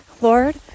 Lord